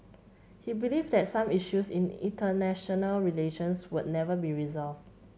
he believed that some issues in international relations would never be resolved